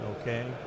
okay